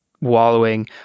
wallowing